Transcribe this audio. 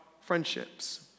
friendships